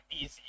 easy